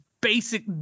basic